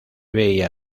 veía